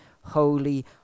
holy